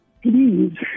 please